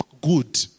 good